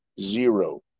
zero